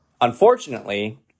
unfortunately